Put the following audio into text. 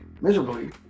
miserably